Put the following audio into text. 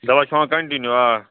دوا کھٮ۪وان کَنٹِنیوٗ آ